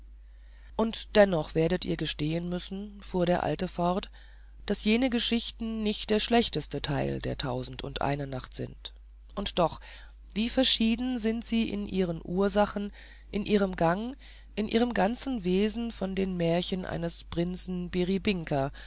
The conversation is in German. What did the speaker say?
und dennoch werdet ihr gestehen müssen fuhr der alte fort daß jene geschichten nicht der schlechteste teil der tausendundeine nacht sind und doch wie verschieden sind sie in ihren ursachen in ihrem gang in ihrem ganzen wesen von den märchen eines prinzen